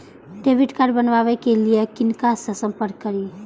Debit card बनावे के लिए किनका से संपर्क करी?